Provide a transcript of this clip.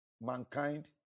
mankind